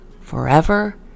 forever